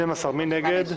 12. מי נגד?